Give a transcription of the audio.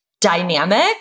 dynamic